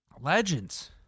Legends